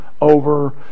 over